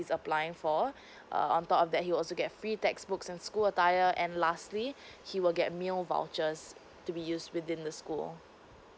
applying for err on top of that he also get free textbooks and school attire and lastly he will get meal vouchers to be used within the school